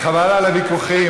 חבל על הוויכוחים.